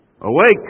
Awake